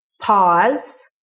Pause